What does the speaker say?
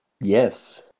Yes